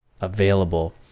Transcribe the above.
available